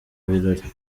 birori